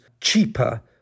cheaper